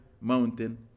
mountain